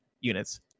units